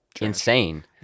insane